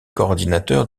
coordinateur